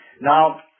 Now